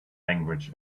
language